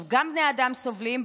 גם בני האדם סובלים,